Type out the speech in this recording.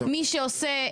מי שעושה,